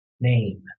name